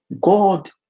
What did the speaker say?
God